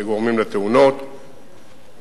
שגורמים לתאונות,